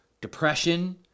depression